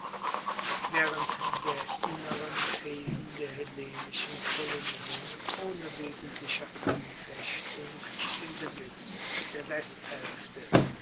waehrend der inneren fehden der hellenischen kolonien ohne wesentliche anfechtung den besitz der westhaelfte